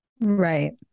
Right